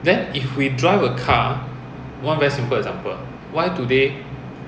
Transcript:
you try to cross the custom you straightaway slapped with fine by the J_P_J already